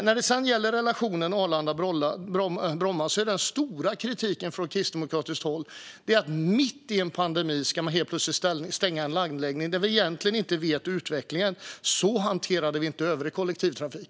När det gäller relationen Arlanda-Bromma är den stora kritiken från kristdemokratiskt håll att man mitt i en pandemi helt plötsligt ska stänga en anläggning när vi egentligen inte vet hur utvecklingen kommer att se ut. Så hanterar vi inte övrig kollektivtrafik.